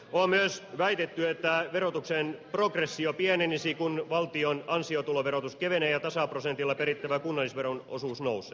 on myös väitetty että verotuksen progressio pienenisi kun valtion ansiotuloverotus kevenee ja tasaprosentilla perittävän kunnallisveron osuus nousee